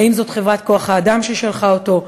האם זאת חברת כוח-האדם ששלחה אותו?